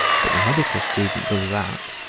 but the medical student does that.